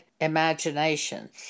imaginations